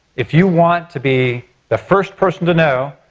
if you want to be the first person to know,